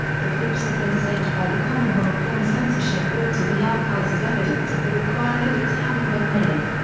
the clips had been sent by the commonwealth film censorship board to the archives as evidence of the required edits having been made.